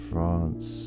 France